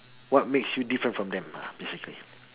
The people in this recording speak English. what makes you different from them lah basically